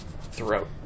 throughout